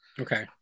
Okay